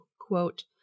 quote